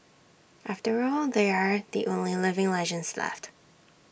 after all they are the only living legends left